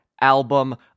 album